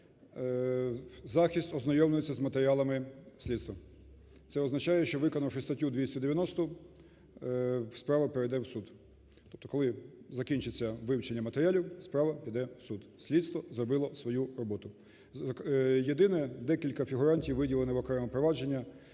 Захист ознайомлюється з матеріалами слідства. Це означає, що, виконавши статтю 290, справа піде в суд. Коли закінчиться вивчення матеріалів, справа піде в суд. Слідство зробило свою роботу. Єдине, декілька фігурантів виділені в окреме провадження,